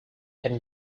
can